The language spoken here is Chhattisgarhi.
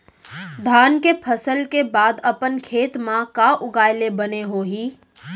धान के फसल के बाद अपन खेत मा का उगाए ले बने होही?